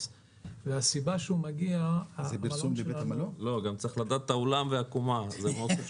הסיבה שהוא בא היא כי המלון סגור מזה שנה וחצי,